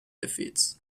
defeats